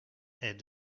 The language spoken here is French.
est